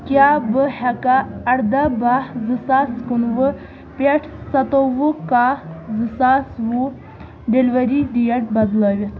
کیٛاہ بہٕ ہٮ۪کہ اَرداہ بہہ زٕ ساس کُنہٕ وُہ پٮ۪ٹھ سَتووُہ کہہ زٕ ساس وُہ ڈیلیوری ڈیٹ بدلٲوِتھ